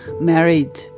married